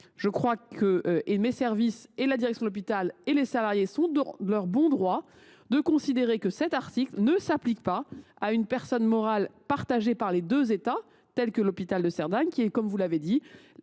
Néanmoins, mes services, la direction de l’hôpital et les salariés sont dans leur bon droit de considérer que cet article ne s’applique pas à une personne morale partagée par les deux États, telle que l’hôpital de Cerdagne, qui est, comme vous l’avez dit,